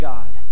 God